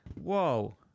Whoa